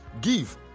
give